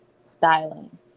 styling